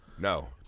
No